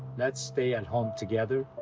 let's stay at home together,